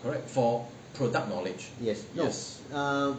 yes no um